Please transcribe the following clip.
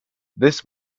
this